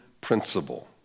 principle